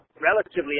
relatively